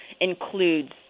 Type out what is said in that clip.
includes